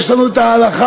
יש לנו את ההלכה,